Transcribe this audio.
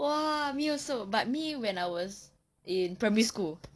!wah! me also but me when I was in primary school